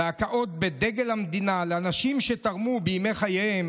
והכאות בדגל המדינה לאנשים שתרמו בימי חייהם